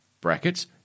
brackets